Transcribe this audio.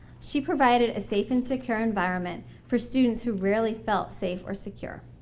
she provided a safe and secure environment for students who rarely felt safe or secure.